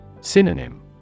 Synonym